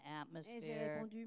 atmosphere